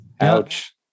Ouch